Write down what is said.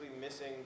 missing